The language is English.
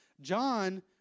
John